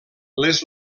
les